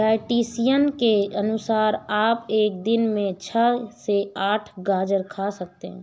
dietitian के अनुसार आप एक दिन में छह से आठ गाजर खा सकते हैं